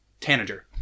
tanager